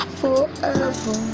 forever